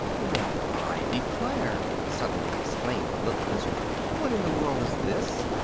well, i declare! suddenly exclaimed the little wizard. what in the world is this?